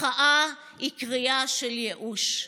מחאה היא קריאה של ייאוש,